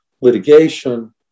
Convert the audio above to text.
litigation